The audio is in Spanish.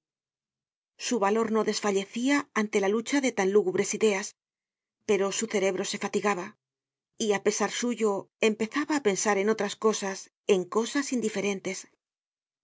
su valor no desfallecia ante la lucha de tan lúgubres ideas pero su cerebro se fatigaba y á pesar suyo empezaba á pensar en otras cosas en cosas indiferentes